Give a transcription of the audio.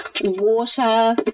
water